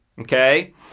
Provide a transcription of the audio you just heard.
Okay